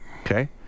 okay